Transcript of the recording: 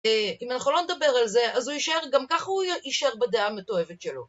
אם אנחנו לא נדבר על זה, אז הוא יישאר. גם ככה הוא יישאר בדעה המתועבת שלו.